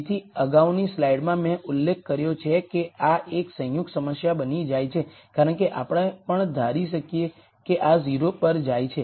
તેથી અગાઉની સ્લાઇડ્સમાં મેં ઉલ્લેખ કર્યો છે કે આ એક સંયુક્ત સમસ્યા બની જાય છે કારણ કે આપણે પણ ધારી શકીએ કે આ 0 પર જાય છે